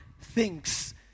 thinks